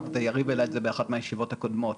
ויריב העלה את זה באחת מהישיבות הקודמות,